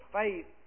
faith